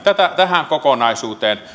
tähän kokonaisuuteen